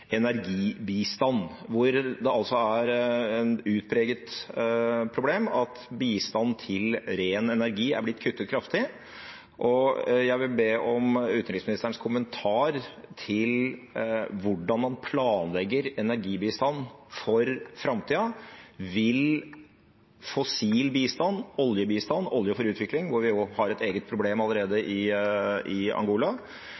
energibistand, hvor det altså er et utpreget problem at bistand til ren energi er blitt kuttet kraftig. Jeg vil be om utenriksministerens kommentar til hvordan man planlegger energibistand for framtida. Vil fossil bistand, oljebistand – Olje for utvikling, hvor vi allerede har et eget problem